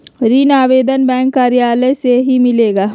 ऋण आवेदन बैंक कार्यालय मे ही मिलेला?